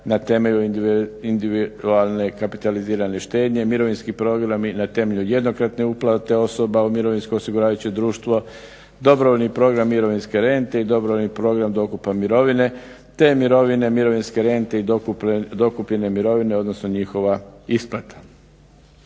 na temelju individualne kapitalizirane štednje, mirovinski programi na temelju jednokratne uplate osoba u mirovinsko osiguravajuće društvo, dobrovoljni program mirovinske rente i dobrovoljni program dokupa mirovine te mirovine, mirovinske rente i dokupine mirovine odnosno njihova isplata.